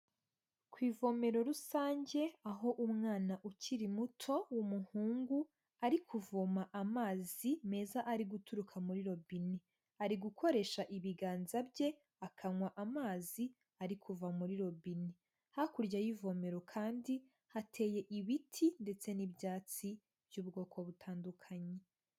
Ku ivomero rusange, aho umwana ukiri muto w'umuhungu ari kuvoma amazi meza ari guturuka muri robine, ari gukoresha ibiganza bye akanywa amazi ari kuva muri robine, hakurya y'ivomero kandi hateye ibiti ndetse n'ibyatsi by'ubwoko butandukanye.